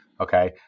Okay